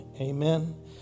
Amen